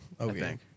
Okay